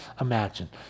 imagine